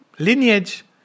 lineage